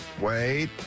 wait